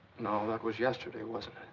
no, that was yesterday, wasn't